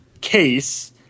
case